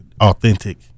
authentic